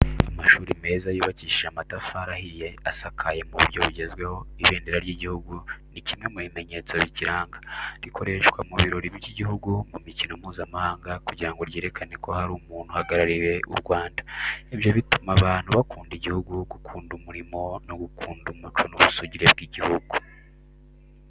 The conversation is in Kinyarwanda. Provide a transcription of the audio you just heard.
Amashuri meza yubakishije amatafari ahiye asakaye mu buryo bugezweho. Ibendera ry'igihugu ni kimwe mu bimenyetso bikiranga. Rikoreshwa mu birori by’igihugu, mu mikino Mpuzamahanga kugira ngo ryerekane ko hari umuntu uhagarariye u Rwanda. Ibyo bituma abantu bakunda igihugu, gukunda umurimo no kurinda umuco n’ubusugire bw’igihugu.